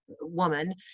woman